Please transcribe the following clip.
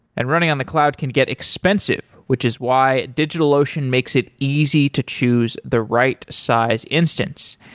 and running on the cloud can get expensive, which is why digitalocean makes it easy to choose the right size instance.